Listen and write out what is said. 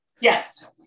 Yes